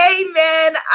Amen